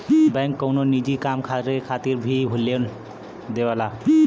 bank कउनो निजी काम करे खातिर भी लोन देवला